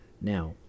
Now